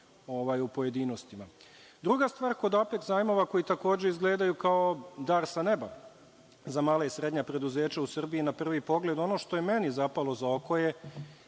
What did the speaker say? u pojedinostima. Druga stvar kod Apeks zajmova koji takođe izgledaju kao dar sa neba za mala i srednja preduzeća u Srbiji na prvi pogled, ono što je meni zapalo za oko je